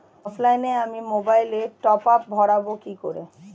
অফলাইনে আমি মোবাইলে টপআপ ভরাবো কি করে?